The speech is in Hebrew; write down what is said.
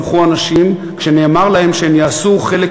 שמחו הנשים כשנאמר להן שהן יעשו חלק